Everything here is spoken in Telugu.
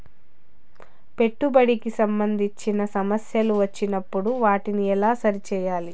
పెట్టుబడికి సంబంధించిన సమస్యలు వచ్చినప్పుడు వాటిని ఎలా సరి చేయాలి?